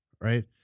Right